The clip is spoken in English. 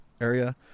area